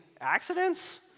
accidents